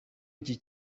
iki